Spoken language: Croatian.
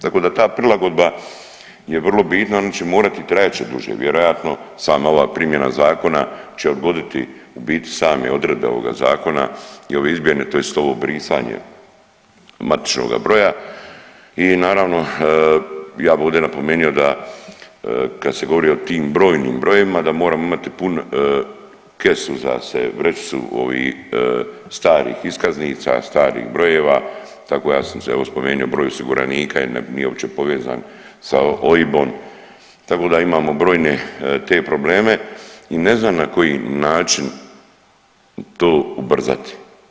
Tako da ta prilagodba je vrlo bitna oni će morati i trajat će duže, vjerojatno sama ova primjena zakona će odgoditi u biti same odredbe ovoga zakona i ove izmjene tj. ovo brisanje matičnoga broja i naravno ja bi ovdje napomenuo da kad se govori o tim brojnim brojevima da moramo imati punu kesu uza se, vrećicu ovih starih iskaznica, starih brojeva, tako da ja sam se evo spomenuo broj osiguranika i nije uopće povezan sa OIB-om, tako da imamo brojne te probleme i ne znam na koji način to ubrzati.